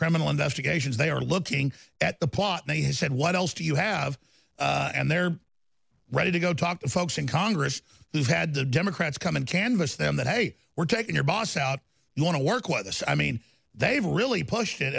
criminal investigations they are looking at the plot and he said what else do you have and they're ready to go talk to folks in congress who's had the democrats come in canvass them that hey we're taking your boss out you want to work with us i mean they've really push